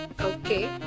Okay